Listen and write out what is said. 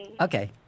Okay